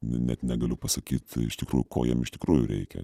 ne net negaliu pasakyt iš tikrųjų ko jiem iš tikrųjų reikia